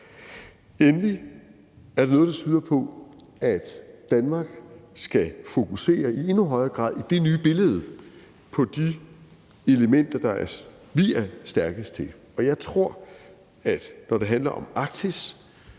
tredje er der noget, der tyder på, at Danmark i endnu højere grad i det nye billede skal fokusere på de elementer, vi er stærkest til, og jeg tror, at vi, når det handler om Arktis,